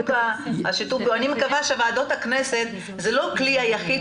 אני מקווה שוועדות הכנסת הן לא הכלי היחיד